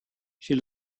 she